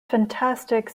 fantastic